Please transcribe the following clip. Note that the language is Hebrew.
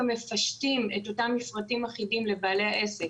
מפשטים את אותם מפרטים אחידים לבעלי העסק.